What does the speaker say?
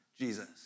Jesus